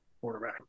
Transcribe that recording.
quarterback